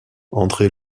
andré